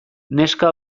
neska